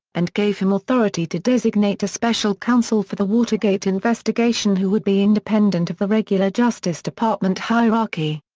and gave him authority to designate a special counsel for the watergate investigation who would be independent of the regular justice department hierarchy.